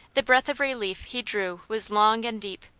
the breath of relief he drew was long and deep.